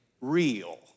real